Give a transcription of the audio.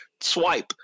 swipe